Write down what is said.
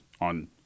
on